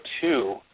two